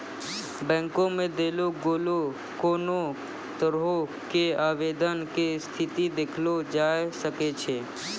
बैंको मे देलो गेलो कोनो तरहो के आवेदन के स्थिति देखलो जाय सकै छै